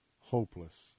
hopeless